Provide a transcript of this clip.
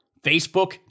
Facebook